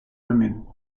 women